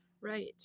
Right